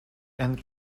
and